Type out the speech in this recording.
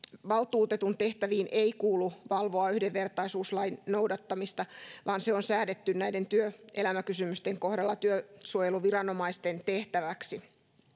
valtuutetun tehtäviin ei kuulu valvoa yhdenvertaisuuslain noudattamista vaan se on säädetty näiden työelämäkysymysten kohdalla työsuojeluviranomaisten tehtäväksi